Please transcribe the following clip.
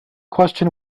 question